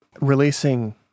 releasing